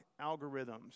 algorithms